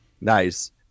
Nice